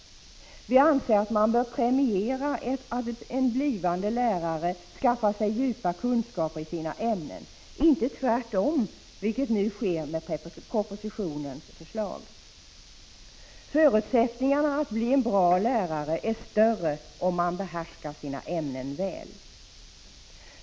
Vi anser att man bör premiera att en blivande lärare skaffar sig djupa kunskaper i sina ämnen -— inte tvärtom, vilket nu sker med propositionens förslag. Förutsättningarna att bli en bra lärare är större om man behärskar sina ämnen väl.